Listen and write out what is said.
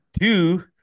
two